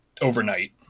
overnight